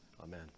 Amen